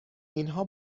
اینها